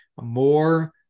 more